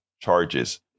charges